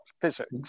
physics